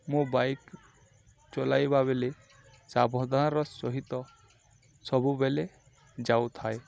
ମୋ ବାଇକ୍ ଚଲାଇବା ବେଳେ ସାବଧାନାର ସହିତ ସବୁବେଳେ ଯାଉଥାଏ